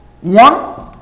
one